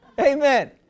Amen